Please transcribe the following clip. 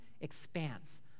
expanse